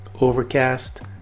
Overcast